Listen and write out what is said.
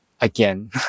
again